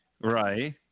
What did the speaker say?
Right